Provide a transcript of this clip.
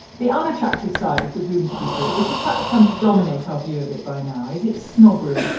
the unattractive side of the bloomsbury group, which has perhaps come to dominate our view of it by now, is its snobbery,